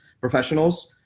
professionals